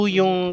yung